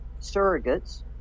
surrogates